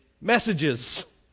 messages